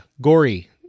Gory